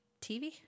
TV